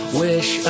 wish